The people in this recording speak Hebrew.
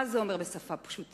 מה זה אומר בשפה פשוטה?